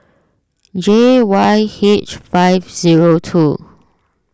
J Y H five zero two